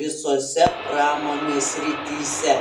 visose pramonės srityse